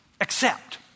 accept